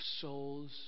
souls